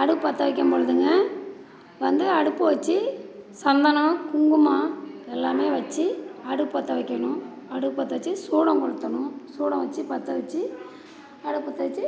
அடுப்பு பற்ற வைக்கம் பொழுதுங்க வந்து அடுப்பு வச்சு சந்தனம் குங்குமம் எல்லாம் வச்சி அடுப்பு பற்ற வைக்கணும் அடுப்பு பற்ற வச்சி சூடம் கொளுத்தணும் சூடம் வச்சி பற்ற வச்சி அடுப்பு பற்ற வச்சி